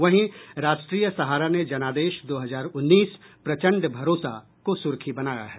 वहीं राष्ट्रीय सहारा ने जनादेश दो हजार उन्नीस प्रचंड भरोसा को सुर्खी बनाया है